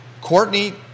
Courtney